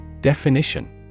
Definition